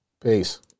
Peace